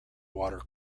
water